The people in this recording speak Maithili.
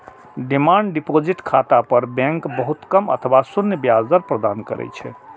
डिमांड डिपोजिट खाता पर बैंक बहुत कम अथवा शून्य ब्याज दर प्रदान करै छै